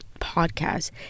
podcast